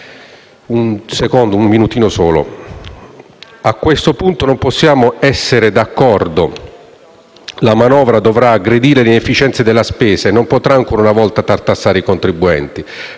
Anche su questo punto non possiamo essere d'accordo. La manovra dovrà aggredire le inefficienze della spesa e non potrà ancora una volta tartassare i contribuenti.